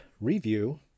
review